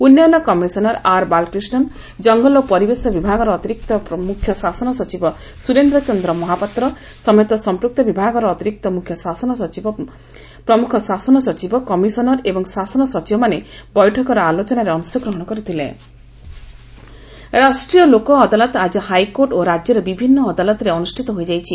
ଉନ୍ନୟନ commissioner R Balakrishnan କଙ୍ଗଲ ଓ ପରିବେଶ ବିଭାଗର ଅତିରିକ୍ତ ମୁଖ୍ୟ ଶାସନ ସଚିବ ସୁରେଶ ଚନ୍ଦ୍ର ମହାପାତ୍ରଙ୍କ ସମେତ ସମ୍ମକ୍ତ ବିଭାଗର ଅତିରିକ୍ତ ମୁଖ୍ୟ ଶାସନ ସଚିବ ପ୍ରମୁଖ ଶାସନ ସଚିବ କମିଶନର ଏବଂ ଶାସନ ସଚିବମାନେ ବୈଠକର ଆଲୋଚନାରେ ଅଂଶଗ୍ରହଣ କରିଥିଲେ ଲୋକଅଦାଲତ ରାଷ୍ଟ୍ରୀୟ ଲୋକ ଅଦାଲତ ଆଜି ହାଇକୋର୍ଟ ଓ ରାଜ୍ୟର ବିଭିନ୍ ଅଦାଲତରେ ଅନୁଷିତ ହୋଇଯାଇଛି